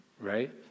right